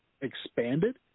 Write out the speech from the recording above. expanded